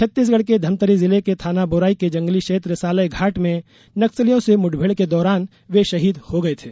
छत्तीसगढ़ के धमतरी जिले के थाना बोरई के जंगली क्षेत्र सालय घाट में नक्सलियों से मुठभेड़ के दौरान वे शहीद हो गए थे